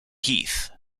heath